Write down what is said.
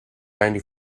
ninety